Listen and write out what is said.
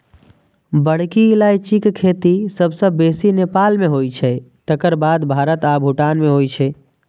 बड़की इलायचीक खेती सबसं बेसी नेपाल मे होइ छै, तकर बाद भारत आ भूटान मे होइ छै